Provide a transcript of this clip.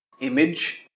image